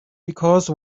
because